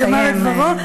יאמר את דברו,